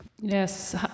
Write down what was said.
Yes